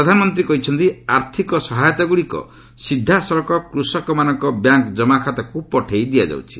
ପ୍ରଧାନମନ୍ତ୍ରୀ କହିଛନ୍ତି ଆର୍ଥିକ ସହାୟତାଗୁଡ଼ିକ ସିଧାସଳଖ କୃଷକମାନଙ୍କ ବ୍ୟାଙ୍କ ଜମାଖାତାକୁ ପଠାଯାଉଛି